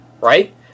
Right